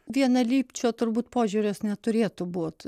vienalyčio turbūt požiūris neturėtų būt